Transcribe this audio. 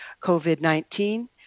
COVID-19